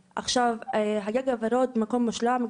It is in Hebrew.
'הגג הוורוד' הוא מקום מושלם,